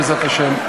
בעזרת השם,